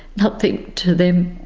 nothing to them,